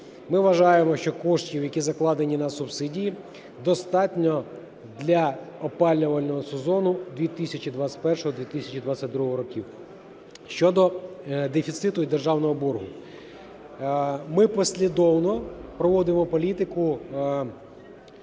Ми вважаємо, що коштів, які закладені на субсидії, достатньо для опалювального сезону 2021-2022 років. Щодо дефіциту і державного боргу. Ми послідовно проводимо політику